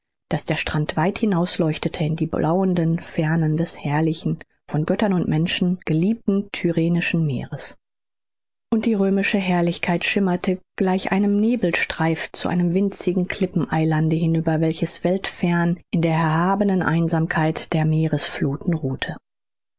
daß der strand weit hinausleuchtete in die blauenden fernen des herrlichen von göttern und menschen geliebten tyrrhenischen meeres und die römische herrlichkeit schimmerte gleich einem nebelstreif zu einem winzigen klippeneilande hinüber welches weltfern in der erhabenen einsamkeit der meeresfluthen ruhte